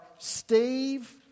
Steve